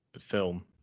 film